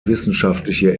wissenschaftliche